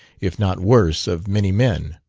if not worse, of many men.